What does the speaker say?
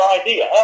idea